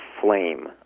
flame